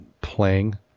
playing